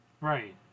Right